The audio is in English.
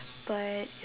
but